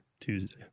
Tuesday